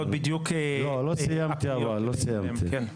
לא סיימתי את השאלה.